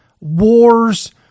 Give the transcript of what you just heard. wars